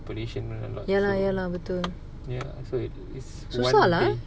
ya lah ya lah betul susah lah